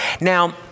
Now